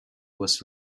was